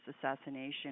assassination